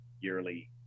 yearly